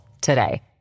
today